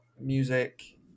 music